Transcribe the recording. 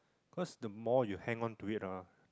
cause the more you hang on to it ah